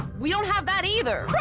we don't have that either.